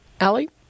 Allie